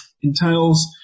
entails